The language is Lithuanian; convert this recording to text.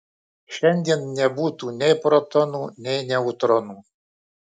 šiandien nebūtų nei protonų nei neutronų